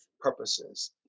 purposes